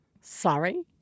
sorry